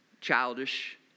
childish